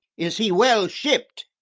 is he well shipp'd?